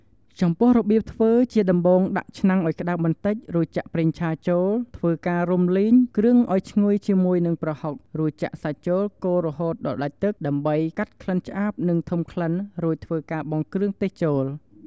ចំពោះរបៀបធ្វើជាដំបូងដាក់ដាំឆ្នាំងឲ្យក្តៅបន្តិចរួចចាក់ប្រេងឆាចូលធ្វើការរុំលីងគ្រឿងឲ្យឈ្ងុយជាមួយប្រហុករួចចាក់សាច់ចូលកូររហូតដល់ដាច់ទឹកដើម្បីកាត់ក្លិនឆ្អាបនិងធុំក្លិនរួចធ្វើការបង់គ្រឿងទេសចូល។